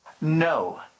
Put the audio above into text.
no